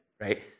right